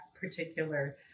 particular